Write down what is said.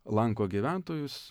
lanko gyventojus